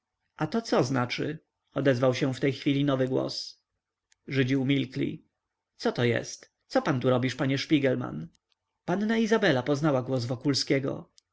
a to co znaczy odezwał się w tej chwili nowy głos żydzi umilkli co to jest co pan tu robisz panie szpigelman panna izabela poznała głos wokulskiego